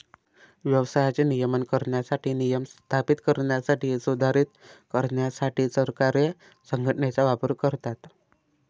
व्यवसायाचे नियमन करणारे नियम स्थापित करण्यासाठी, सुधारित करण्यासाठी सरकारे संघटनेचा वापर करतात